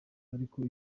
ariko